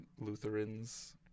lutherans